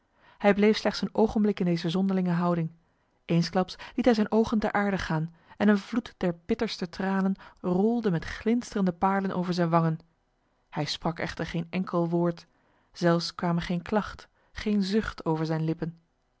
hij bleef slechts een ogenblik in deze zonderlinge houding eensklaps liet hij zijn ogen ter aarde gaan en een vloed der bitterste tranen rolde met glinsterende paarlen over zijn wangen hij sprak echter geen enkel woord zelfs kwam geen klacht geen zucht over zijn lippen